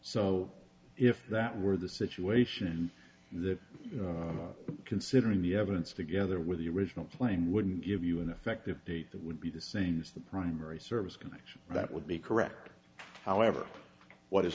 so if that were the situation that you know considering the evidence together with the original playing wouldn't give you an effective date that would be the same as the primary service connection that would be correct however what is